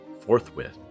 Forthwith